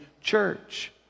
church